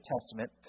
Testament